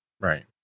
Right